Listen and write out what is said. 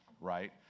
right